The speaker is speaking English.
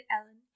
ellen